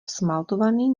smaltovaný